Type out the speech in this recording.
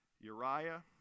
Uriah